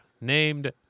named